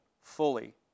fully